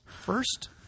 first